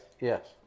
Yes